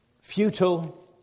Futile